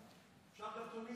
אתה מוזמן להמתין ולשמוע אותי.